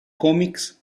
comics